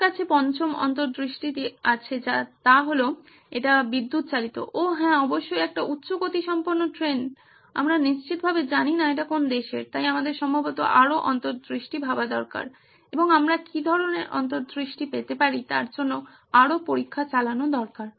আমার কাছে পঞ্চম অন্তর্দৃষ্টিটি আছে তা হলো যে এটি বিদ্যুৎ চালিত ওহ্ হ্যাঁ অবশ্যই একটি উচ্চ গতিসম্পন্ন ট্রেন আমরা নিশ্চিতভাবে জানি না এটি কোন দেশের তাই আমাদের সম্ভবত আরও অন্তর্দৃষ্টি ভাবা দরকার এবং আমরা কি ধরনের অন্তর্দৃষ্টি পেতে পারি তার জন্য আরও পরীক্ষা চালানো দরকার